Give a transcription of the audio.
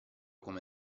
come